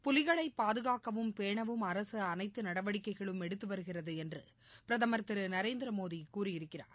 புலிகளைபாதுகாக்கவும் பேணவும் அரசுஅனைத்துநடவடிக்கைகளையும் எடுத்துவருகிறதுஎன்றுபிரதமர் திருநரேந்திரமோடிகூறியிருக்கிறாா